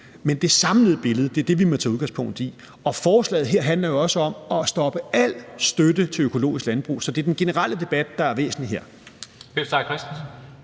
Men det samlede billede er det, vi må tage udgangspunkt i. Forslaget her handler jo også om at stoppe al støtte til økologisk landbrug. Så det er den generelle debat, der er væsentlig her.